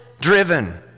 driven